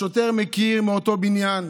השוטר מכיר, מאותו בניין.